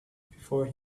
before